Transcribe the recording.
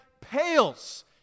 pales